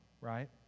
right